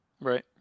right